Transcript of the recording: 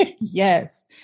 Yes